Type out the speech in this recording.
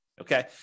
Okay